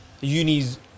unis